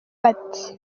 bati